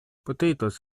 potatoes